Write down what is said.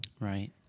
Right